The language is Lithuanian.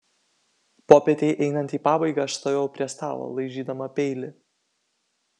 popietei einant į pabaigą aš stovėjau prie stalo laižydama peilį